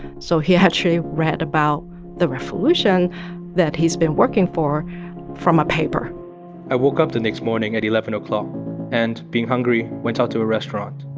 so he actually read about the revolution that he's been working for from a paper i woke up the next morning at eleven o'clock and, being hungry, went out to a restaurant.